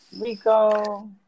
Rico